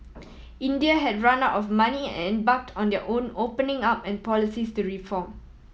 India had run out of money and embarked on their own opening up and policies to reform